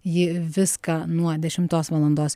ji viską nuo dešimtos valandos